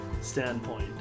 standpoint